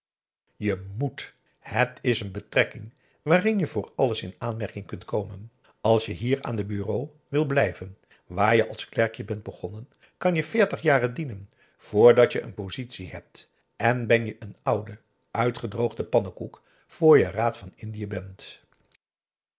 je moet het is een betrekking waarin je voor alles in aanmerking kunt komen als je hier aan de bureaux wilt blijven waar je als klerkje bent begonnen kan je veertig jaren dienen vrdat je een positie hebt en ben je een oude uitgedroogde pannekoek vr je raad van indië bent